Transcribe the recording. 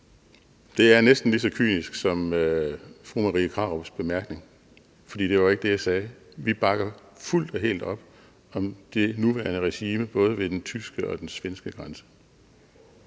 Det er næsten lige så kynisk som fru Marie Krarups bemærkning, for det var ikke det, jeg sagde. Vi bakker fuldt og helt op om det nuværende regime, både ved den tyske og den svenske grænse.